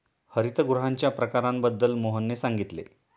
हरितगृहांच्या प्रकारांबद्दल मोहनने सांगितले